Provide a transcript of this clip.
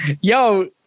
yo